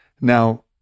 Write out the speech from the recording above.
now